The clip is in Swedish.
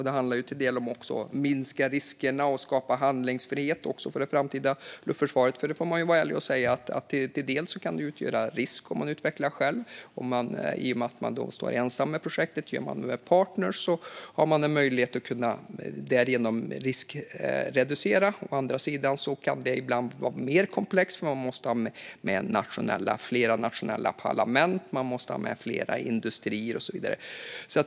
Det handlar delvis om att minska riskerna och skapa handlingsfrihet också för det framtida försvaret, för man får vara ärlig med att säga att det till en del kan utgöra en risk att utveckla själv i och med att man då är ensam om projektet. Om man gör det med partner får man möjlighet att riskreducera. Å andra sidan kan det ibland bli mer komplext eftersom man måste ha med sig flera nationella parlament, flera industrier och så vidare.